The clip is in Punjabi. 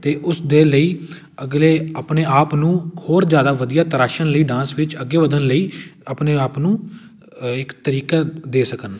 ਅਤੇ ਉਸਦੇ ਲਈ ਅਗਲੇ ਆਪਣੇ ਆਪ ਨੂੰ ਹੋਰ ਜ਼ਿਆਦਾ ਵਧੀਆ ਤਰਾਸ਼ਣ ਲਈ ਡਾਂਸ ਵਿੱਚ ਅੱਗੇ ਵਧਣ ਲਈ ਆਪਣੇ ਆਪ ਨੂੰ ਇੱਕ ਤਰੀਕਾ ਦੇ ਸਕਣ